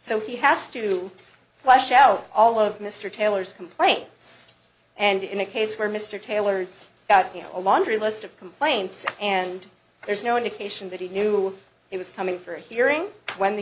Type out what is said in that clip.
so he has to flush out all of mr taylor's complaints and in a case where mr taylor's got a laundry list of complaints and there's no indication that he knew he was coming for a hearing when the